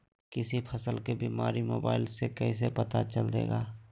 किसी फसल के बीमारी मोबाइल से कैसे पता चलेगा?